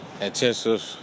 intensive